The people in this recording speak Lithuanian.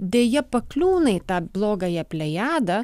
deja pakliūna į tą blogąją plejadą